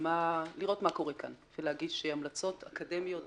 לראות מה קורה כאן ולהגיש המלצות אקדמיות,